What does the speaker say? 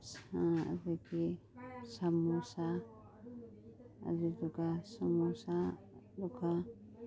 ꯁꯥ ꯑꯗꯒꯤ ꯁꯥꯃꯣꯁꯥ ꯑꯗꯨꯗꯨꯒ ꯁꯥꯃꯣꯁꯥ ꯑꯗꯨꯒ